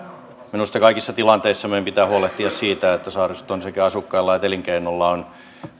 minusta kaikissa tilanteissa meidän pitää huolehtia siitä että saariston sekä asukkailla että elinkeinoilla on